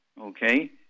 okay